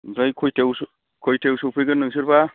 ओमफ्राय खयथायावसो खयथायाव सौफैगोन नोंसोरबा